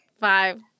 Five